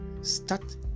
start